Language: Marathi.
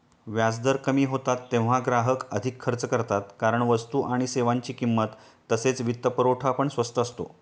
व्याजदर कमी होतात तेव्हा ग्राहक अधिक खर्च करतात कारण वस्तू आणि सेवांची किंमत तसेच वित्तपुरवठा पण स्वस्त असतो